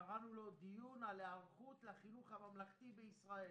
קראנו לו דיון על היערכות לחינוך הממלכתי בישראל,